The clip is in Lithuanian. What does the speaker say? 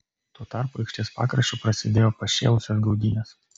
tuo tarpu aikštės pakraščiu prasidėjo pašėlusios gaudynės